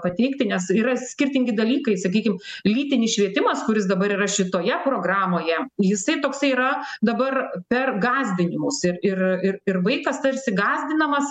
pateikti nes yra skirtingi dalykai sakykim lytinis švietimas kuris dabar yra šitoje programoje jisai toksai yra dabar per gąsdinimus ir ir ir ir vaikas tarsi gąsdinamas